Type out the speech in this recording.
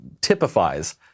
typifies